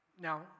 Now